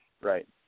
right